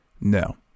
No